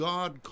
God